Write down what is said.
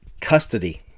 Custody